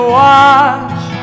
watch